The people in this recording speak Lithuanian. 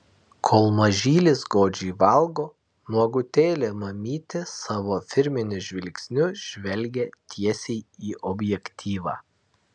kol mažylis godžiai valgo nuogutėlė mamytė savo firminiu žvilgsniu žvelgia tiesiai į objektyvą